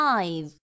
Five 。